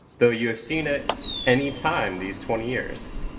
though you have seen it any time these twenty years!